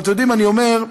אני אומר,